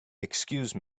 excuse